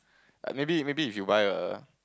maybe maybe if you buy a